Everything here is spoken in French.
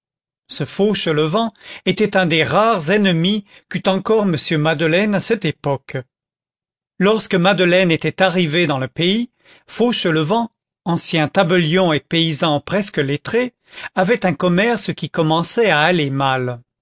ce fauchelevent était un des rares ennemis qu'eût encore m madeleine à cette époque lorsque madeleine était arrivé dans le pays fauchelevent ancien tabellion et paysan presque lettré avait un commerce qui commençait à aller mal